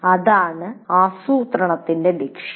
അതാണ് ആസൂത്രണത്തിന്റെ ലക്ഷ്യം